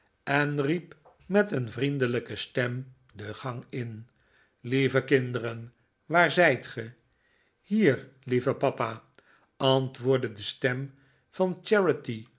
en riep met een vriendelijke stem de gang in lieve kinderen waar zijt ge hier lieve papa antwoordde de stem van